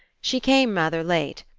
she came rather late,